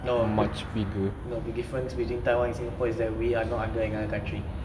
no no the difference between taiwan and singapore is that we are not under another country